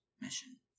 mission